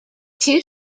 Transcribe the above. two